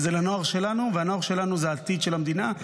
זה לנוער שלנו, והנוער שלנו זה העתיד של המדינה.